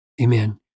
Amen